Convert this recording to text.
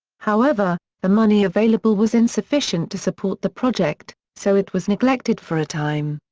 however, the money available was insufficient to support the project, so it was neglected for a time.